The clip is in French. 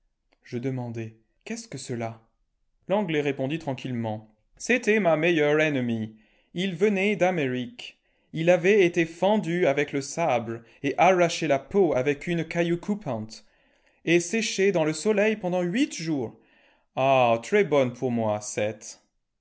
je demandai qu'est-ce que cela l'anglais répondit tranquillement cété ma meilleur ennemi il vené d'amérique ii avé été fendu avec le sabre et arraché la peau avec une caillou coupante et séché dans le soleil pendant huit jours aoh très bonne pour moi cette